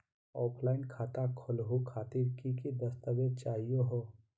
Offline खाता खोलहु खातिर की की दस्तावेज चाहीयो हो?